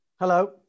Hello